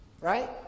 Right